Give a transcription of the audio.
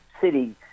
city